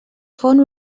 font